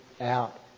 out